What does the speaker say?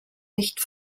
nicht